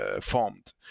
formed